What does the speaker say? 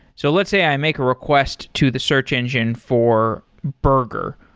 so let's say i make a request to the search engine for burger.